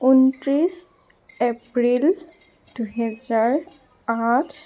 ঊনত্ৰিছ এপ্ৰিল দুহেজাৰ আঠ